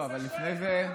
בבקשה,